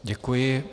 Děkuji.